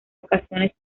ocasiones